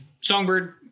songbird